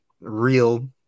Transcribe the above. real